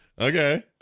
okay